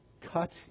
Cut